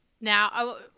now